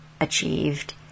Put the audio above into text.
achieved